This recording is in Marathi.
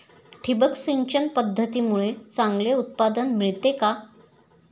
ठिबक सिंचन पद्धतीमुळे चांगले उत्पादन मिळते का?